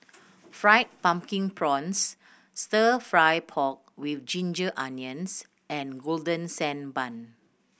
Fried Pumpkin Prawns Stir Fry pork with ginger onions and Golden Sand Bun